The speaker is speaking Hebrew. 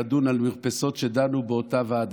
לדון על מרפסות שדנו בהן באותה ועדה.